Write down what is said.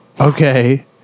Okay